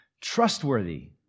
trustworthy